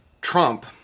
Trump